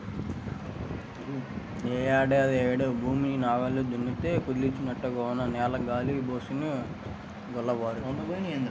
యే ఏడాదికాయేడు భూమిని నాగల్లతో దున్నితే కుదించినట్లుగా ఉన్న నేల గాలి బోసుకొని గుల్లబారుతుంది